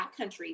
backcountry